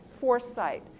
foresight